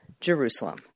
Jerusalem